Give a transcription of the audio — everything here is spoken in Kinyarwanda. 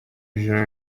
ijoro